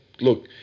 look